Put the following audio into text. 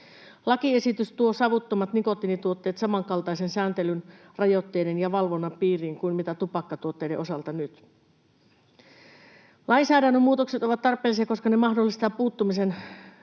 Lakiesitys tuo savuttomat nikotiinituotteet samankaltaisen sääntelyn, rajoitteiden ja valvonnan piiriin kuin mitä tupakkatuotteiden osalta nyt. Lainsäädännön muutokset ovat tarpeellisia, koska ne mahdollistavat puuttumisen